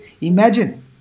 Imagine